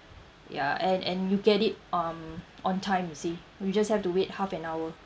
ya and and you get it um on time you see you just have to wait half an hour